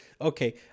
Okay